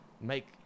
make